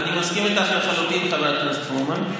אני מסכים איתך לחלוטין, חברת הכנסת פרומן.